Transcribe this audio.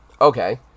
okay